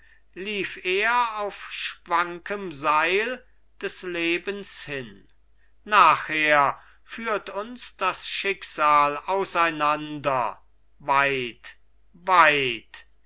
lief er auf schwankem seil des lebens hin nachher führt uns das schicksal auseinander weit weit